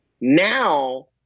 Now